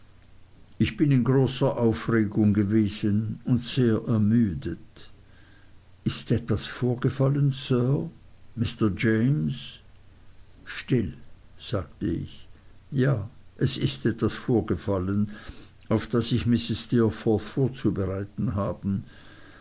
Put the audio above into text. ich bin in großer aufregung gewesen und sehr ermüdet ist etwas vorgefallen sir mr james still sagte ich ja es ist etwas vorgefallen auf das ich mrs steerforth vorzubereiten habe